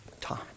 time